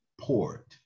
port